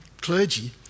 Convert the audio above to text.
clergy